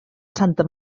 santa